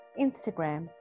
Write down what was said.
Instagram